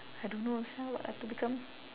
I don't know also what ah to become